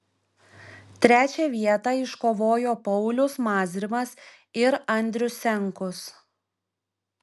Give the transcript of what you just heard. trečią vietą iškovojo paulius mazrimas ir andrius senkus